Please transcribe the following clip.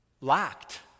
lacked